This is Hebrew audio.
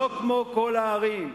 לא כמו כל הערים.